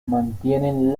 mantienen